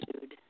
dude